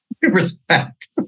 respect